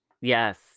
Yes